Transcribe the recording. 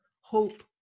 hope